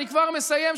אני כבר מסיים,